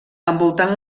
envoltant